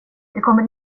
kommer